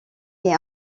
est